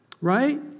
right